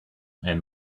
and